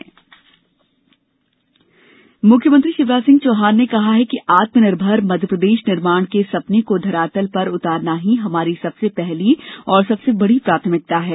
आत्मनिर्भर प्रदेश मुख्यमंत्री शिवराज सिंह चौहान ने कहा है कि आत्मनिर्भर मध्यप्रदेश निर्माण के सपने को धरातल पर उतारना ही हमारी सबसे पहली और सबसे बड़ी प्राथमिकता है